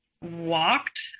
walked